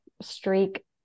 streak